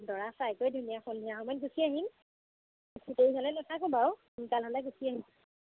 দৰা চাই কৰি সন্ধিয়া সময়ত গুচি আহিম বেছি দেৰি হ'লে নাথাকো বাৰু সোনকাল হ'লে গুচি আহিম